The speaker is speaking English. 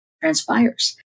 transpires